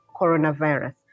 coronavirus